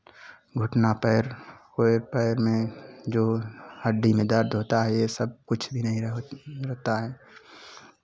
घुटना पैर पैर में जो हड्डी में दर्द होता है ये सब कुछ भी नहीं रह होता है